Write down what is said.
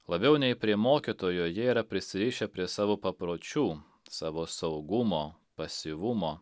labiau nei prie mokytojo jie yra prisirišę prie savo papročių savo saugumo pasyvumo